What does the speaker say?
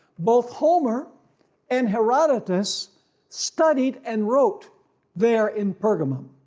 both homer and herodotus studied and wrote there in pergamum.